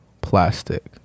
plastic